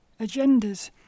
agendas